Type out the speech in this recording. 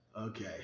okay